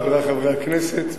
חברי חברי הכנסת,